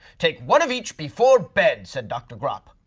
take one of each before bed, said dr. grop.